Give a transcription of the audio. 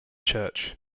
church